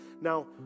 Now